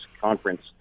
conference